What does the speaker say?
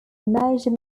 major